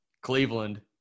Cleveland